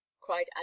cried